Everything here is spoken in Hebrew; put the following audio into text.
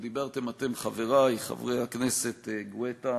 ודיברתם אתם, חברי, חבר הכנסת גואטה